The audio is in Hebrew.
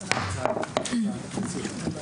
הישיבה ננעלה בשעה 13:06.